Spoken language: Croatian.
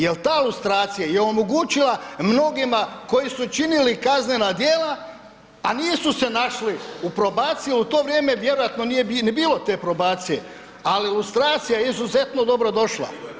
Jer ta lustracija je omogućila mnogima koji su činili kaznena djela, a nisu se našli u probaciji jer u to vrijeme vjerojatno nije ni bilo te probacije, ali u stranici je izuzetno dobro došla.